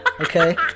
okay